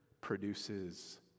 produces